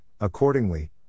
accordingly